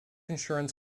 insurance